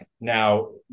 Now